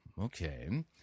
Okay